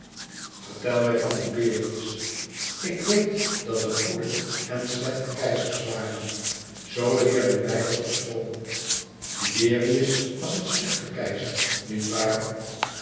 vertel mij van tiberius ik weet dat er goede en slechte keizers waren zoo leerden wij dat op school tiberius was een slechte keizer niet waar